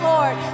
Lord